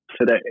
today